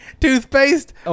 toothpaste